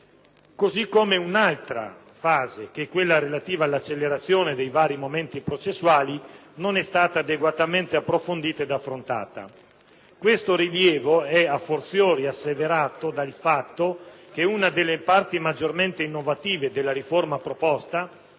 modo, un'altra questione, quella relativa all'accelerazione dei vari momenti processuali, non è stata adeguatamente approfondita ed affrontata. Questo rilievo è *a fortiori* asseverato dal fatto che una delle parti maggiormente innovative della riforma proposta,